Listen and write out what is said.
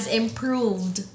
improved